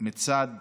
מצד